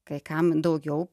kai kam daugiau